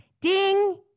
ding